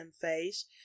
phase